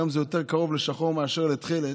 היום זה יותר קרוב לשחור מאשר לתכלת,